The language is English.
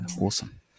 awesome